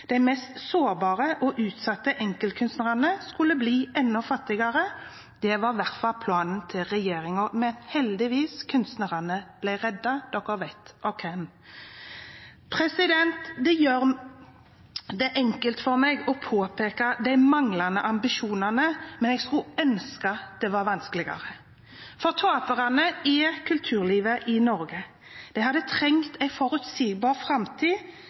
De mest sårbare og utsatte enkeltkunstnerne skulle bli enda fattigere, det var i hvert fall planen til regjeringen. Men heldigvis, kunstnerne ble reddet, og en vet av hvem. Det gjør det enkelt for meg å påpeke de manglende ambisjonene, men jeg skulle ønske det var vanskeligere. Taperne er kulturlivet i Norge. De hadde trengt en forutsigbar framtid